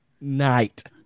night